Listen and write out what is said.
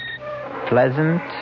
pleasant